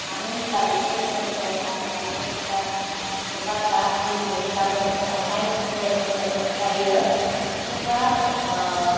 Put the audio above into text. मानो होनब्ला बेखौ जों गोसोआव थाब लायोबा सोरबा सोरखौबा गाज्रि नुयोब्लाबो जों अननायगोसो होनो गोसो जायो ओह सोरबा ओह